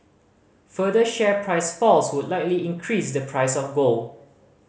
further share price falls would likely increase the price of gold